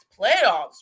playoffs